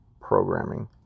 programming